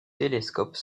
télescope